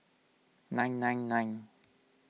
nine nine nine